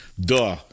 Duh